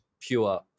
pure